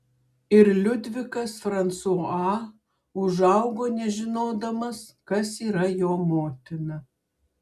ir liudvikas fransua užaugo nežinodamas kas yra jo motina